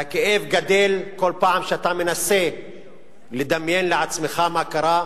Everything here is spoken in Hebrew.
והכאב גדל כל פעם שאתה מנסה לדמיין לעצמך מה קרה,